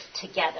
together